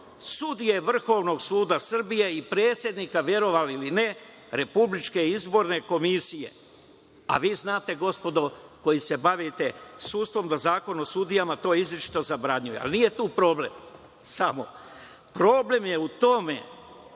sudije Vrhovnog suda Srbije i predsednika, verovali ili ne, RIK, a vi znate, gospodo koji se bavite sudstvom, da Zakon o sudijama to izričito zabranjuje. Ali, nije tu problem samo. Problem je u tome